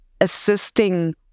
assisting